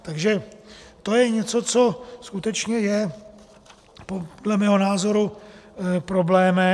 Takže to je něco, co skutečně je podle mého názoru problémem.